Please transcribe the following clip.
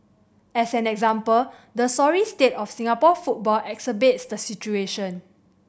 as an example the sorry state of Singapore football exacerbates the situation